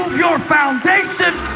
your foundation